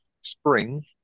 spring